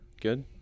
Good